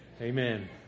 Amen